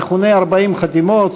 המכונה 40 חתימות.